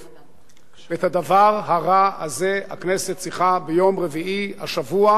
את הדבר הרע הזה הכנסת צריכה ביום רביעי השבוע לעצור,